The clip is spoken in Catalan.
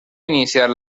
iniciar